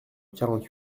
quarante